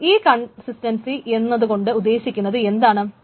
അപ്പോൾ ഈ കൺസിസ്റ്റൻസി എന്നതുകൊണ്ട് ഉദ്ദേശിക്കുന്നത് എന്താണ്